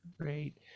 Great